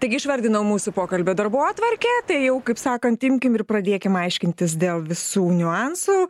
taigi išvardinom mūsų pokalbio darbotvarkę tai jau kaip sakant imkim ir pradėkim aiškintis dėl visų niuansų